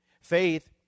faith